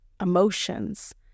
emotions